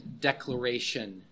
declaration